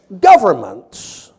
governments